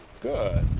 good